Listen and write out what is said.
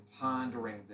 pondering